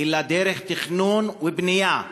אלא דרך תכנון ובנייה.